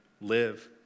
live